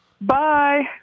Bye